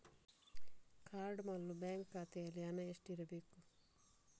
Card ಮಾಡಲು bank ಖಾತೆಯಲ್ಲಿ ಹಣ ಎಷ್ಟು ಇರಬೇಕು?